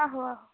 आ हो आ हो